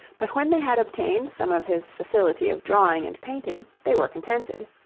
but when they had obtained some of his facility of drawing and painting they were contented.